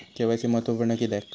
KYC महत्त्वपुर्ण किद्याक?